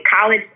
college